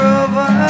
over